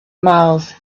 miles